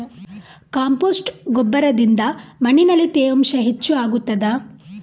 Compost ಗೊಬ್ಬರದಿಂದ ಮಣ್ಣಿನಲ್ಲಿ ತೇವಾಂಶ ಹೆಚ್ಚು ಆಗುತ್ತದಾ?